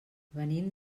venim